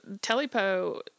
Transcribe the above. telepo